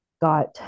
got